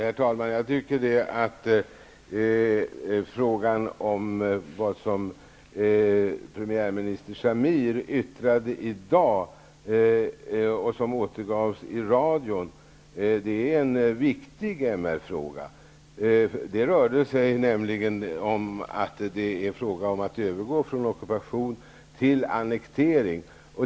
Herr talman! Frågan om vad premiärminister Shamir i dag yttrat -- som återgavs i radion -- är en viktig MR-fråga. Det är nämligen fråga om att övergå från ockupation till annektering.